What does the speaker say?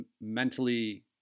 mentally